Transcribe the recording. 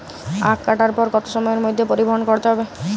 আখ কাটার পর কত সময়ের মধ্যে পরিবহন করতে হবে?